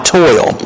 toil